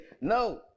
no